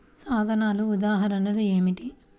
సాధనాల ఉదాహరణలు ఏమిటీ?